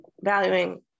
valuing